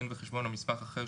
דין וחשבון או מסמך אחר,